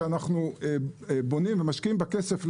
שאנחנו בונים ומשקיעים בה כסף,